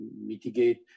mitigate